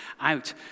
out